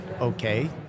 okay